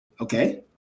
Okay